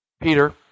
Peter